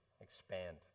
expand